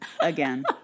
Again